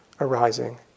arising